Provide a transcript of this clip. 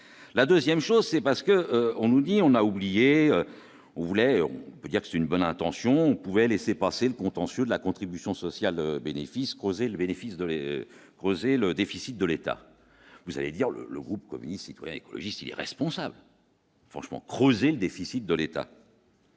la 2ème chose c'est parce que on nous dit : on a oublié, on voulait, on peut dire que c'est une bonne intention pouvait laisser passer le contentieux de la contribution sociale bénéfice causé le bénéfice de les creuser le déficit de l'État, vous allez dire le le groupe communiste citoyens écologistes irresponsable. Franchement Crouzet, le déficit de l'État.